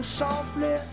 softly